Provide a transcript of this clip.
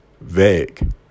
vague